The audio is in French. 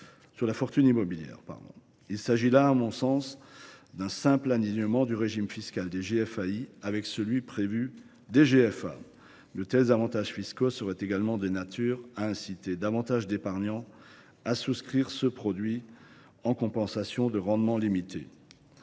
Il s’agit là, à mon sens, d’un simple alignement du régime fiscal des GFAI sur celui des GFA. De tels avantages fiscaux devraient également être de nature à inciter davantage d’épargnants à souscrire ce produit, en compensation de rendements limités.